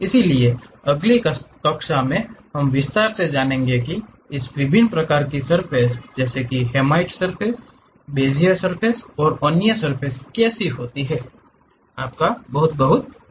इसलिए अगली कक्षा में हम विस्तार से जानेंगे इन विभिन्न प्रकार की सर्फ़ेस जैसे कि हेर्माइट बेजियर और अन्य सर्फ़ेस कैसी होती हैं